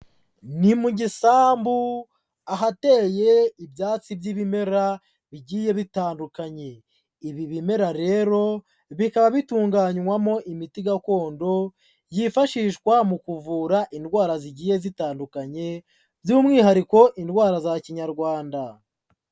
Ni mu gisambu ahateye ibyatsi by'ibimera bigiye bitandukanye, ibi bimera rero bikaba bitunganywamo imiti gakondo, yifashishwa mu kuvura indwara zigiye zitandukanye, by'umwihariko indwara za Kinyarwanda.